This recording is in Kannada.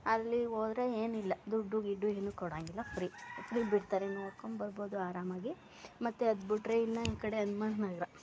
ಅಲ್ಲಿ ಹೋದ್ರೆ ಏನಿಲ್ಲ ದುಡ್ಡು ಗಿಡ್ಡು ಏನು ಕೊಡೋಂಗಿಲ್ಲ ಫ್ರೀ ಫ್ರೀ ಬಿಡ್ತಾರೆ ನೋಡ್ಕೊಂಡು ಬರ್ಬೋದು ಆರಾಮಾಗಿ ಮತ್ತು ಅದು ಬಿಟ್ರೆ ಇನ್ನು ಈ ಕಡೆ ಹನ್ಮಂತ್ ನಗರ